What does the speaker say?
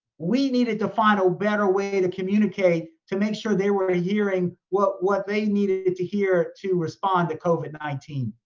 we needed to find a better way to communicate to make sure they were ah hearing what what they needed to hear to respond to covid nineteen.